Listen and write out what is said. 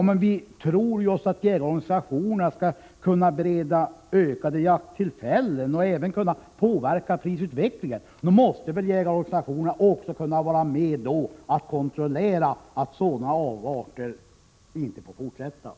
Men om jägarorganisationerna skall kunna bereda ökade jakttillfällen och även påverka prisutvecklingen, måste de också kunna vara med att kontrollera och se till att sådana här avarter inte förekommer i fortsättningen.